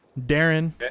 Darren